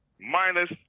minus